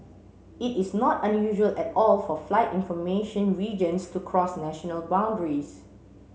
it is not unusual at all for flight information regions to cross national boundaries